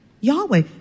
Yahweh